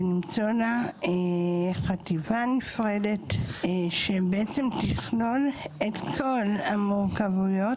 למצוא לה חטיבה נפרדת שבעצם תכלול את כל המורכבויות